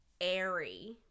airy